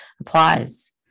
applies